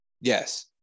Yes